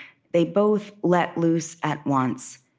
they both let loose at once,